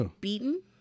beaten